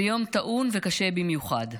זה יום טעון וקשה במיוחד.